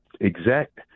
exact